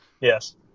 Yes